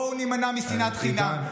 בואו נימנע משנאת חינם.